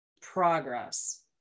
progress